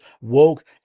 woke